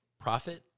profit